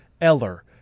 Eller